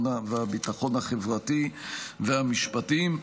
הביטחון החברתי והמשפטים.